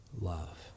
love